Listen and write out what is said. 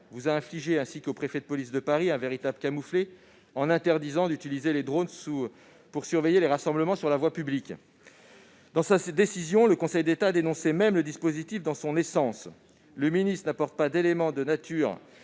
le ministre, ainsi qu'au préfet de police de Paris, un véritable camouflet en interdisant d'utiliser les drones pour surveiller les rassemblements sur la voie publique. Dans sa décision, le Conseil d'État dénonçait même le dispositif dans son essence :« Le ministre n'apporte pas d'élément de nature